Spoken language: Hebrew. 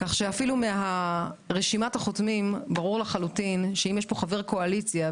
כך שאפילו מרשימת החותמים ברור לחלוטין שאם יש פה חבר קואליציה,